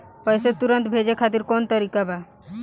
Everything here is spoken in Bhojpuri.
पैसे तुरंत भेजे खातिर कौन तरीका बा?